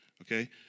Okay